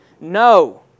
No